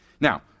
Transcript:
Now